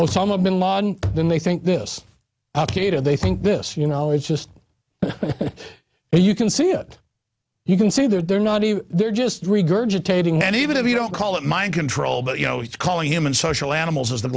osama bin laden then they think this al qaeda they think this you know it's just you can see it you can see that they're not they're just regurgitating and even if you don't call it mind control but you know he's calling him and social animals as the